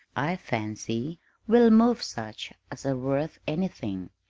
i fancy we'll move such as are worth anything,